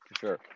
Sure